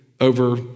over